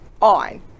on